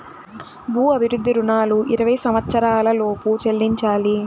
భూ అభివృద్ధి రుణాలు ఇరవై సంవచ్చరాల లోపు చెల్లించాలి